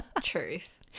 Truth